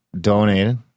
donated